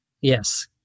Yes